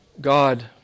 God